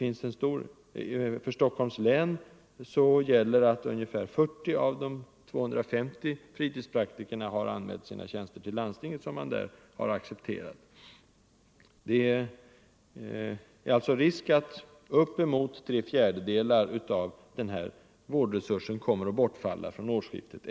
För Stockholms län gäller att ungefär 40 av de 250 fritidspraktikerna har anmält sina tjänster till landstinget, som har accepterat. Risken är alltså att uppemot tre fjärdedelar av den här vårdresursen kommer att bortfalla från årsskiftet.